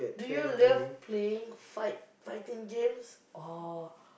do you love playing fight fighting games or